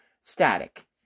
static